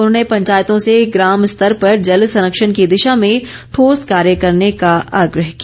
उन्होंने पंचायतों से ग्राम स्तर पर जल संरक्षण की दिशा में ठोस कार्य करने का आग्रह किया